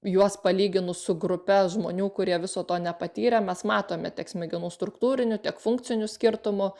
juos palyginus su grupe žmonių kurie viso to nepatyrė mes matome tiek smegenų struktūrinių tiek funkcinių skirtumų